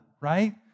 right